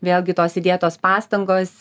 vėlgi tos įdėtos pastangos